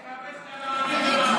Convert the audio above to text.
אני מקווה שאתה מאמין במה שאתה אומר.